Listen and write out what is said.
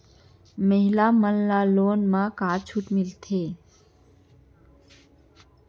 महिला मन ला लोन मा का छूट मिलथे?